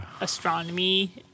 astronomy